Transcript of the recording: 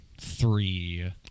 three